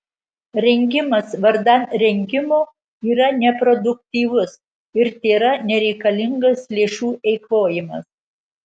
rengimas vardan rengimo yra neproduktyvus ir tėra nereikalingas lėšų eikvojimas